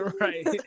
right